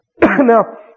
Now